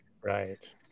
Right